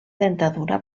dentadura